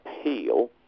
appeal